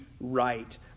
right